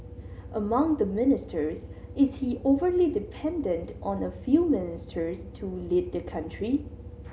among the ministers is he overly dependent on a few ministers to lead the country